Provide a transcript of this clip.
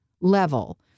level